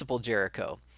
Jericho